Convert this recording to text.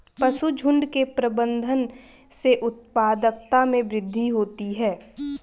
पशुझुण्ड के प्रबंधन से उत्पादकता में वृद्धि होती है